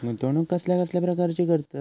गुंतवणूक कसल्या कसल्या प्रकाराची असता?